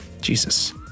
Jesus